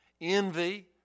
envy